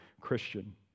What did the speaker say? Christian